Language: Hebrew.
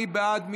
מי בעד?